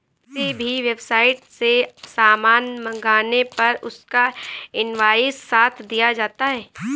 किसी भी वेबसाईट से सामान मंगाने पर उसका इन्वॉइस साथ दिया जाता है